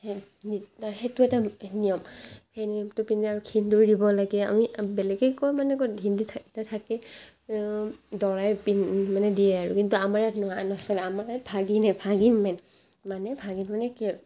সেইটো এটা নিয়ম সেই নিয়মটো পিন্ধে আৰু সেন্দুৰ দিব লাগে আমি বেলেগে কয় মানে ক'ত হিন্দীত যে থাকে দৰাই পিন্ মানে দিয়ে আৰু কিন্তু আমাৰ ইয়াত নোৱাৰে নচলে আমাৰ ইয়াত ভাগিনে ভাগিন মেইন মানে ভাগিন মানে কি আৰু